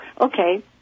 okay